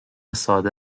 ساده